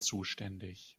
zuständig